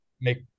make